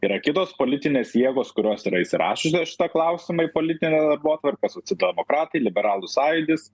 yra kitos politinės jėgos kurios yra įsirašiusios šitą klausimą į politinę darbotvarkę socialdemokratai liberalų sąjūdis